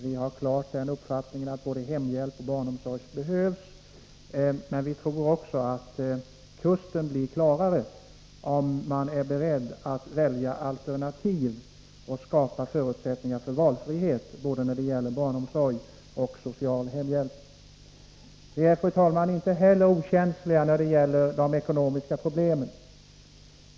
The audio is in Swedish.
Vi har den uppfattningen att både hemhjälp och barnomsorg behövs, men vi tror också att kusten blir klarare om man är beredd att välja alternativ och skapa förutsättningar för valfrihet, både när det gäller barnomsorg och social hemhjälp. Vi är, fru talman, inte heller okänsliga när det gäller de ekonomiska problemen.